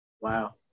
Wow